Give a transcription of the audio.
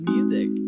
Music